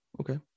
Okay